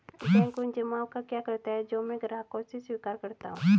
Bank उन जमाव का क्या करता है जो मैं ग्राहकों से स्वीकार करता हूँ?